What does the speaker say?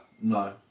No